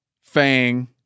fang